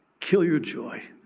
kill your joy,